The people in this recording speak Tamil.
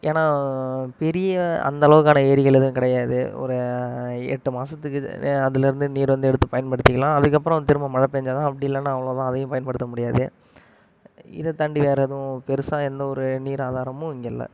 ஏன்னால் பெரிய அந்தளவுக்கான ஏரிகள் எதுவும் கிடையாது ஒரு எட்டு மாதத்துக்கு இது அதுலேருந்து நீர் வந்து எடுத்து பயன்படுத்திக்கலாம் அதுக்கப்புறம் வந்து திரும்ப மழை பெஞ்சாதான் அப்படி இல்லைன்னா அவ்வளோதான் அதையும் பயன்படுத்த முடியாது இதைத்தாண்டி வேறு எதுவும் பெருசாக எந்தவொரு நீர் ஆதாரமும் இங்கே இல்லை